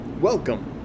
Welcome